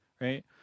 right